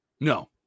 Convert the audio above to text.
No